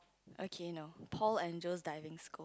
okay no Paul and Joe's Diving School